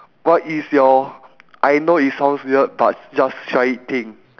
what is your I know it sounds weird but just try it thing